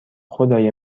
خدای